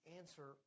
answer